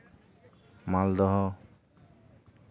ᱢᱟᱞᱫᱚᱦᱚ